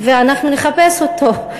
ואנחנו נחפש אותו.